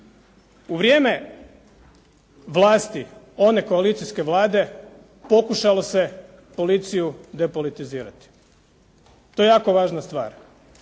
U vrijeme vlasti one koalicijske Vlade pokušalo se policiju depolitizirati. To je jako važna stvar.